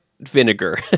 vinegar